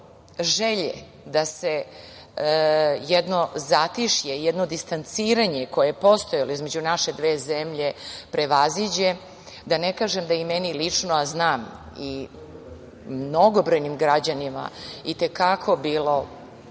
želje da se jedno zatišje, jedno distanciranje koje je postojalo između naše dve zemlje prevaziđe, da ne kažem da i meni lično, a znam i mnogobrojnim građanima da su bila